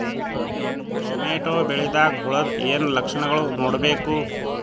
Tomato ಬೆಳಿದಾಗ್ ಹುಳದ ಏನ್ ಲಕ್ಷಣಗಳು ನೋಡ್ಬೇಕು?